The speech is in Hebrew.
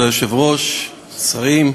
כבוד היושבת-ראש, שרים,